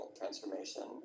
transformation